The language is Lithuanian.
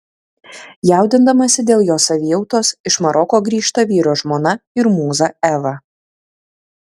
jaudindamasi dėl jo savijautos iš maroko grįžta vyro žmona ir mūza eva